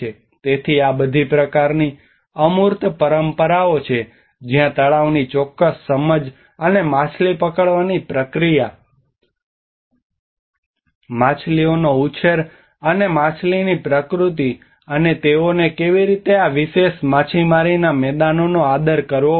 તેથી આ બધી પ્રકારની અમૂર્ત પરંપરાઓ છે જ્યાં તળાવની ચોક્કસ સમજ અને માછલી પકડવાની પ્રક્રિયા માછલીઓનો ઉછેર અને માછલીની પ્રકૃતિ અને તેઓને કેવી રીતે આ વિશેષ માછીમારીના મેદાનનો આદર કરવો પડે છે